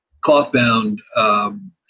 cloth-bound